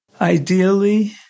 Ideally